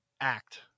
act